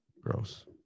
Gross